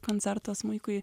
koncertą smuikui